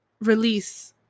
release